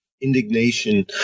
indignation